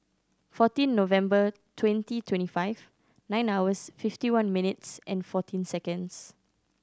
fourteen November twenty twenty five nine hours fifty one minutes and fourteen seconds